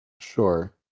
Sure